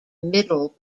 middle